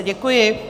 Děkuji.